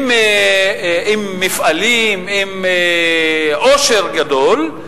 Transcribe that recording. עם מפעלים, עם עושר גדול,